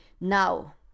Now